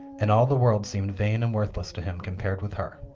and all the world seemed vain and worthless to him compared with her.